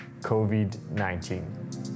COVID-19